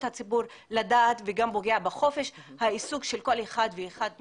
הציבור לדעת וגם פוגע בחופש העיסוק של כל אחד ואחד מאיתנו.